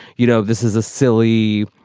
you know, this is a silly,